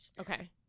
okay